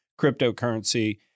cryptocurrency